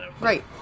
right